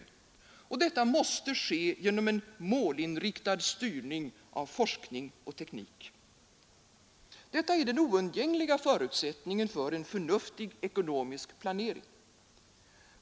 Detta måste ske genom en målinriktad styrning av forskning och teknik. Detta är den oundgängliga förutsättningen för en förnuftig ekonomisk planering.